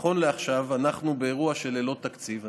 נכון לעכשיו אנחנו באירוע של ללא תקציב.